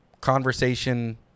conversation